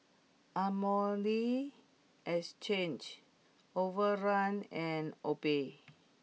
Armani Exchange Overrun and Obey